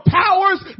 powers